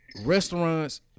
restaurants